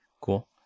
Cool